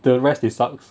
the rest they sucks